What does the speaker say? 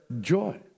joy